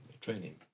training